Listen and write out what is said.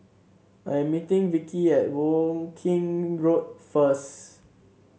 I am meeting Vickey at Woking Road first